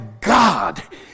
God